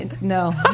No